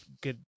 good